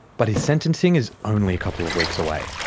but his sentencing is only a couple of weeks away.